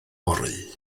fory